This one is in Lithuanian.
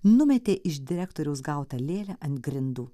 numetė iš direktoriaus gautą lėlę ant grindų